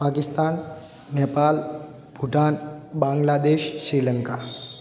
Pakistan Nepal Bhutan Bangladesh Sri Lanka